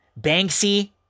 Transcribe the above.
Banksy